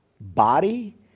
body